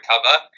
recover